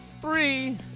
three